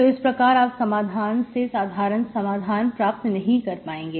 तो इस प्रकार आप इस समाधान से साधारण समाधान प्राप्त नहीं कर पाएंगे